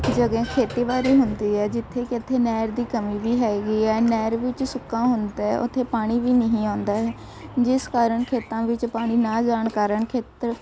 ਜਗ੍ਹਾ ਖੇਤੀਬਾੜੀ ਹੁੰਦੀ ਹੈ ਜਿੱਥੇ ਕਿ ਇੱਥੇ ਨਹਿਰ ਦੀ ਕਮੀ ਵੀ ਹੈਗੀ ਹੈ ਨਹਿਰ ਵਿੱਚ ਸੁੱਕਾ ਹੁੰਦਾ ਹੈ ਉੱਥੇ ਪਾਣੀ ਵੀ ਨਹੀਂ ਆਉਂਦਾ ਹੈ ਜਿਸ ਕਾਰਨ ਖੇਤਾਂ ਵਿੱਚ ਪਾਣੀ ਨਾ ਜਾਣ ਕਾਰਨ ਖੇਤਰ